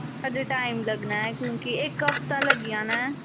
अज्जें टाईम लग्गना ऐ क्योंकि इक हफ्ता लग्गी जाना ऐ